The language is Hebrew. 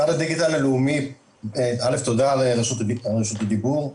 תודה על רשות הדיבור.